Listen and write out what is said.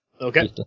Okay